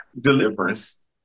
deliverance